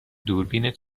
دوربین